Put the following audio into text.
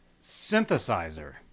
Synthesizer